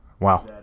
wow